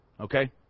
Okay